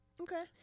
Okay